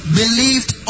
believed